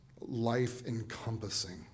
life-encompassing